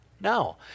No